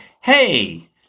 Hey